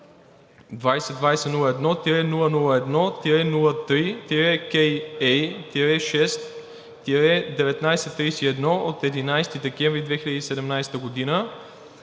АВ-2020-01-001-03-KA-6-19-31 от 11 декември 2017 г.,